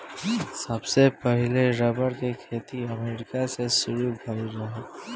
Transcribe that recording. सबसे पहिले रबड़ के खेती अमेरिका से शुरू भईल रहे